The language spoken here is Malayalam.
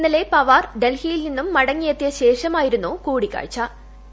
ഇന്നലെ പവാർ ഡൽഹിയിൽ നിന്നും മടങ്ങീയെത്തിയ ശേഷമായിരുന്നു കൂടിക്കാഴ്ച്ചു